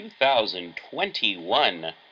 2021